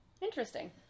Interesting